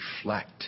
reflect